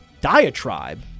diatribe